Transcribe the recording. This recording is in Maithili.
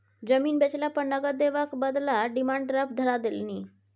जमीन बेचला पर नगद देबाक बदला डिमांड ड्राफ्ट धरा देलनि